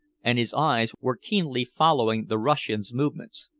and his eyes were keenly following the russian's movements.